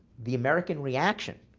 the american reaction